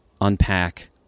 unpack